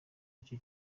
icyo